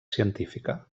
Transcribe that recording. científica